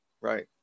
right